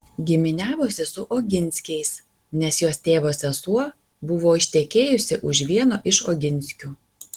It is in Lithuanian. giminiavosi su oginskiais nes jos tėvo sesuo buvo ištekėjusi už vieno iš oginskių